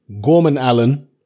Gorman-Allen